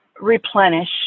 replenish